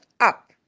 up